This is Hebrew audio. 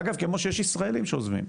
אגב, כמו שיש ישראלים שעוזבים.